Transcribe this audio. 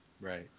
right